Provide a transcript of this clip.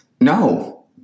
No